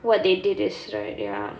what they did is right ya